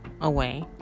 away